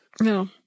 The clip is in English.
no